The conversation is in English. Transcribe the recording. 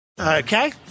Okay